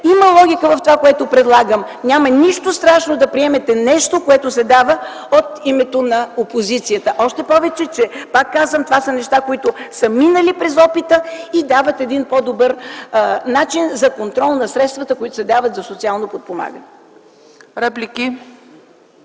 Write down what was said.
има логика в това, което предлагам. Няма нищо страшно да приемете нещо, което се дава от името на опозицията, още повече – пак казвам – това са неща, които са минали през опита и дават един по-добър начин за контрол на средствата, които се дават за социално подпомагане.